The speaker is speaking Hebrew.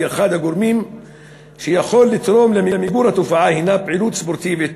ואחד הגורמים שיכולים לתרום למיגור התופעה הוא פעילות ספורטיבית,